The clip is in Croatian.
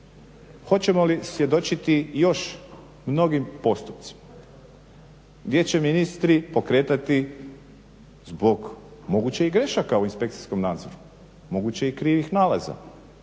Hoćemo li svjedočiti još mnogim postupcima gdje će ministri pokretati zbog moguće i grešaka u inspekcijskom nadzoru, moguće i krivih nalaza